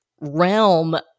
realm